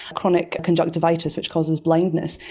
chronic conjunctivitis which causes blindness,